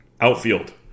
Outfield